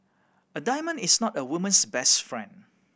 a diamond is not a woman's best friend